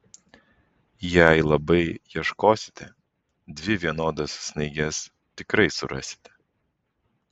jei labai ieškosite dvi vienodas snaiges tikrai surasite